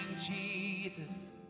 Jesus